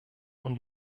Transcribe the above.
und